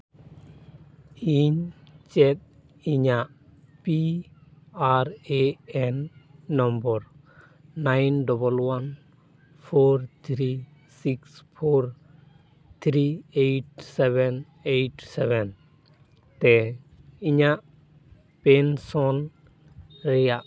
ᱤᱧ ᱪᱮᱫ ᱤᱧᱟᱹᱜ P R A N number nine double one four three six four three eight seven eight seven ᱛᱮ ᱤᱧᱟᱹᱜ pension ᱨᱮᱭᱟᱜ